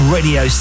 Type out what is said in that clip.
Radio